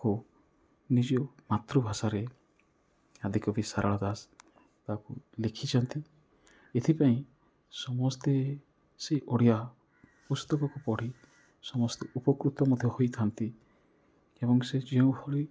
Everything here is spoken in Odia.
କୁ ନିଜେ ମାତୃଭାଷାରେ ଆଦିକବି ସାରଳା ଦାସ ତାକୁ ଲେଖିଛନ୍ତି ଏଥିପାଇଁ ସମସ୍ତେ ସେ ଓଡ଼ିଆ ପୁସ୍ତକକୁ ପଢ଼ି ସମସ୍ତେ ଉପକୃତ ମଧ୍ୟ ହୋଇଥାନ୍ତି ଏବଂ ସେ ଯେଉଁଭଳି